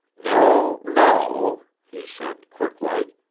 no, no, he said, quick-like.